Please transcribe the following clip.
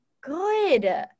good